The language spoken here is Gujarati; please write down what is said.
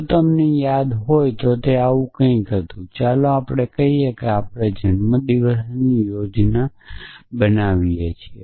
જો તમને યાદ હોય તો તે આવું કંઈક હતું કે ચાલો કહીએ કે ચાલો આપણે જન્મદિવસની યોજના કરીએ છીયે